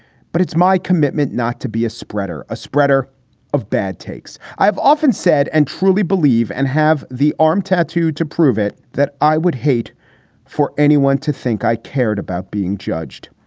but it's my commitment not to be a spreader, a spreader of bad takes. i've often said and truly believe and have the arm tattoo to prove it that i would hate for anyone to think i cared about being judged.